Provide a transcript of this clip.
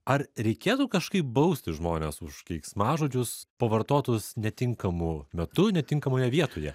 ar reikėtų kažkaip bausti žmones už keiksmažodžius pavartotus netinkamu metu netinkamoje vietoje